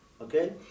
Okay